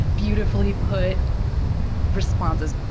beautifully put responses.